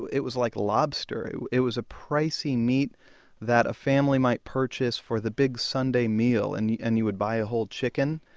it was like lobster it was a pricey meat that a family might purchase for the big sunday meal. and and you would buy a whole chicken,